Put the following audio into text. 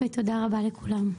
תודה רבה לכולם.